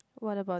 what about this